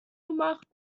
gemacht